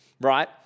Right